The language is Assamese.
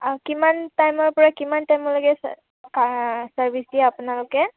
কিমান টাইমৰ পৰা কিমান টাইমলৈকে চাৰ্ভিজ দিয়ে আপোনালোকে